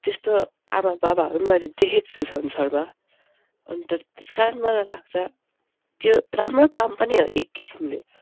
त्यस्तो आमाबाबाहरूपनि मैले देखेको छु संसारमा अन्त त्यस कारण मलाई लाग्छ त्यो राम्रो काम पनि हो एक किसिमले